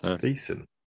Decent